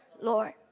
Lord